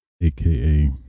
aka